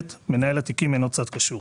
מנהל התיקים אינו צד קשור.